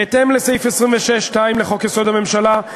בהתאם לסעיף 26(2) לחוק-יסוד: הממשלה,